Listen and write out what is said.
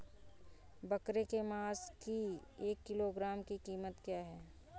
बकरे के मांस की एक किलोग्राम की कीमत क्या है?